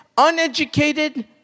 uneducated